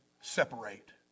separate